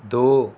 ਦੋ